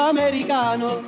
Americano